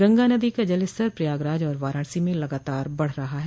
गंगा नदी का जलस्तर प्रयागराज और वाराणसी में लगातार बढ़ रहा है